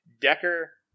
Decker